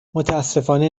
متأسفانه